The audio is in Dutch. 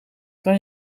kan